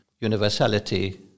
universality